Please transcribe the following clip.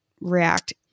react